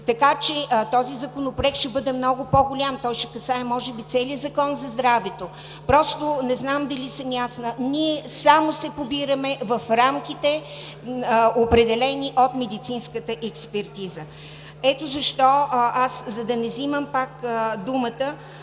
Така че този законопроект ще бъде много по-голям. Той ще касае може би целия Закон за здравето. Не знам дали съм ясна, но ние само се побираме в рамките, определени от медицинската експертиза. За да не взимам пак думата,